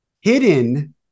hidden